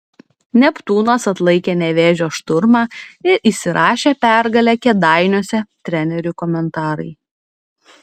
neptūnas atlaikė nevėžio šturmą ir įsirašė pergalę kėdainiuose trenerių komentarai